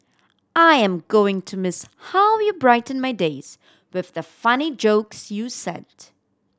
I am going to miss how you brighten my days with the funny jokes you sent